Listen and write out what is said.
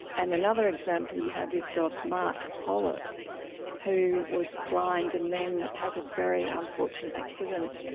and another example you have is so of mark pollock who was blind and then had a very unfortunate accident.